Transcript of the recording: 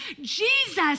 Jesus